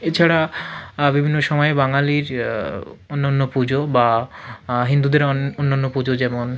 এছাড়া বিভিন্ন সময়ে বাঙালির অন্য অন্য পুজো বা হিন্দুদেরও অন্যান্য পুজো যেমন